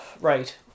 right